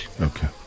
Okay